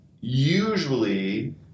usually